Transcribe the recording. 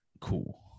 cool